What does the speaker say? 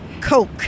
Coke